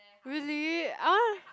really !huh!